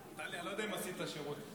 טלי, אני לא יודע אם עשית לה שירות.